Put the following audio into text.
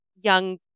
young